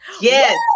Yes